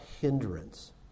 hindrance